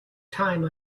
time